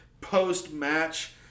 post-match